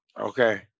Okay